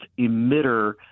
emitter